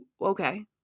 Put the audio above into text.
okay